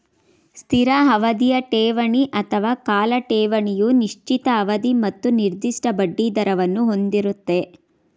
ಸ್ಥಿರ ಅವಧಿಯ ಠೇವಣಿ ಅಥವಾ ಕಾಲ ಠೇವಣಿಯು ನಿಶ್ಚಿತ ಅವಧಿ ಮತ್ತು ನಿರ್ದಿಷ್ಟ ಬಡ್ಡಿದರವನ್ನು ಹೊಂದಿರುತ್ತೆ